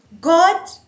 God